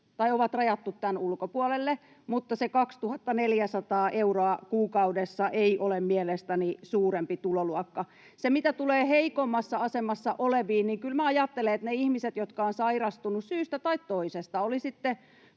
on rajattu tämän ulkopuolelle. Mutta se 2 400 euroa kuukaudessa ei ole mielestäni suurempi tuloluokka. [Krista Kiuru: Ei ole suuri tuloluokka!] Mitä tulee heikoimmassa asemassa oleviin, niin kyllä minä ajattelen, että ne ihmiset, jotka ovat sairastuneet syystä tai toisesta